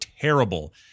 terrible